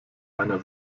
einer